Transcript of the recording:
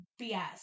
bs